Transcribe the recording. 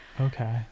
okay